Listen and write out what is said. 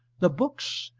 the books,